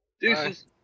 Deuces